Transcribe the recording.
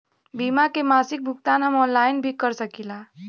बीमा के मासिक भुगतान हम ऑनलाइन भी कर सकीला?